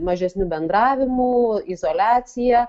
mažesniu bendravimu izoliacija